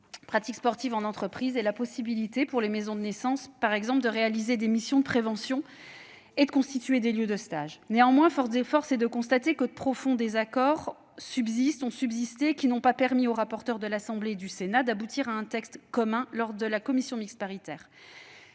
nous tenions beaucoup ; et la possibilité pour les maisons de naissance, par exemple, de réaliser des missions de prévention et de constituer des lieux de stages. Néanmoins, force est de constater que de profonds désaccords ont subsisté, et qu'ils n'ont pas permis aux rapporteurs de l'Assemblée et du Sénat d'aboutir à un texte commun lors de la commission mixte paritaire.